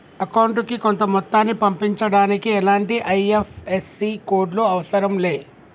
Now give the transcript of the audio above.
అకౌంటుకి కొంత మొత్తాన్ని పంపించడానికి ఎలాంటి ఐ.ఎఫ్.ఎస్.సి కోడ్ లు అవసరం లే